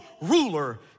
ruler